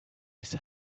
his